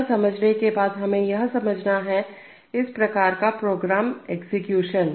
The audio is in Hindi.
यह समझने के बाद हमें यह समझना है इस प्रकार का प्रोग्राम एग्जीक्यूशन